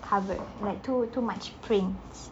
like too too much prints